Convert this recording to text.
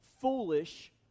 foolish